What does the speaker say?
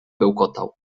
bełkotał